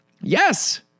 Yes